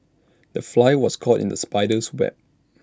the fly was caught in the spider's web